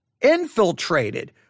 infiltrated